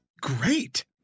great